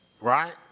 right